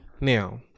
Now